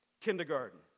Kindergarten